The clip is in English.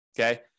Okay